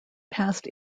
passed